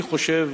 אני חושב,